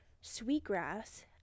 sweetgrass